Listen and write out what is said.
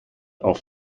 auf